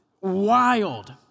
wild